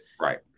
right